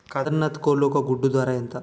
కదక్నత్ కోళ్ల ఒక గుడ్డు ధర ఎంత?